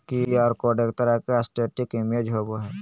Q R code एक तरह के स्टेटिक इमेज होबो हइ